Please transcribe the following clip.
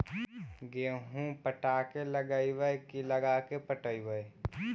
गेहूं पटा के लगइबै की लगा के पटइबै?